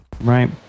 Right